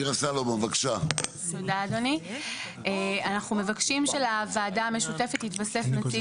אנחנו מבקשים עוד נציג.